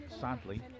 sadly